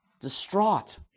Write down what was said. distraught